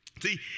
See